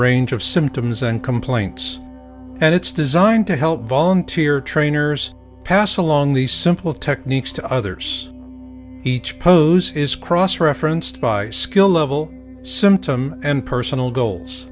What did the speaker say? range of symptoms and complaints and it's designed to help volunteer trainers pass along these simple techniques to others each pose is cross referenced by skill level symptom and personal goals